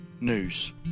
news